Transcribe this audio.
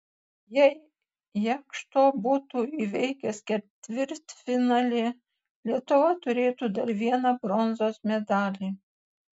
jei jakšto būtų įveikęs ketvirtfinalį lietuva turėtų dar vieną bronzos medalį